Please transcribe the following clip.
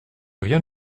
rien